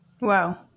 Wow